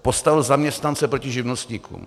Postavil zaměstnance proti živnostníkům.